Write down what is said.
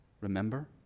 remember